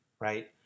Right